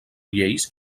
lleis